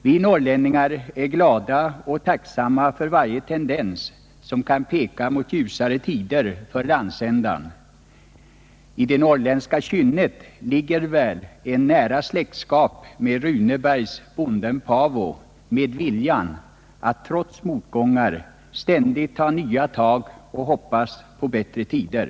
Vi norrlänningar är glada och tacksamma för varje tecken som kan Nr 12 peka mot ljusare tider för landsändan, I det norrländska kynnet ligger väl ett nära släktskap med Runebergs bonden Paavo, med viljan att trots motgångar ständigt ta nya tag och hoppas på bättre tider.